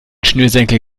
schnürsenkel